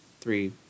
three